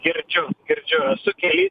girdžiu girdžiu esu kely